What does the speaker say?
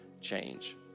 change